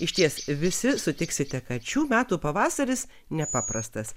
išties visi sutiksite kad šių metų pavasaris nepaprastas